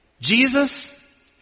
Jesus